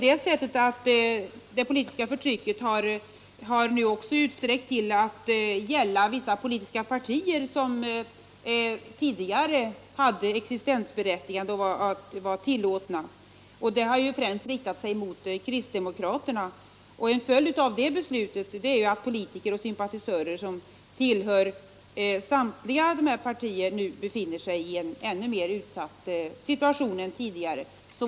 Det politiska förtrycket har nu utsträckts till att gälla även vissa politiska partier som tidigare var tillåtna. Förtrycket har främst gällt kristdemokraterna. En följd av detta beslut är att politiker i och sympatisörer till samtliga dessa partier nu befinner sig i en ännu mer utsatt situation än tidigare.